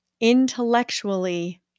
Intellectually